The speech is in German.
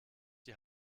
die